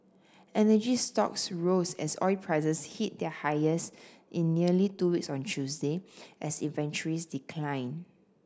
energy stocks rose as oil prices hit their highest in nearly two weeks on Tuesday as inventories declined